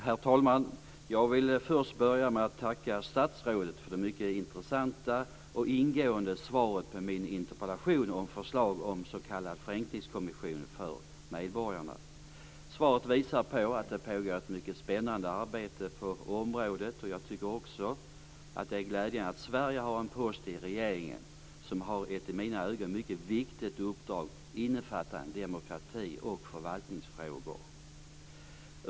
Herr talman! Jag vill börja med att tacka statsrådet för det mycket intressanta och ingående svaret på min interpellation om förslag om en s.k. förenklingskommission för medborgarna. Svaret visar att det pågår ett spännande arbete på området. Jag tycker också att det är glädjande att Sverige har en post i sin regering som har ett i mina ögon mycket viktigt uppdrag innefattande demokrati och förvaltningsfrågor.